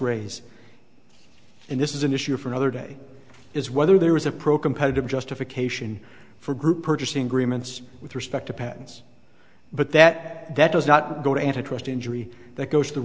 raise and this is an issue for another day is whether there is a pro competitive justification for group purchasing agreements with respect to patents but that that does not go to antitrust injury that goes t